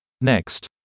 Next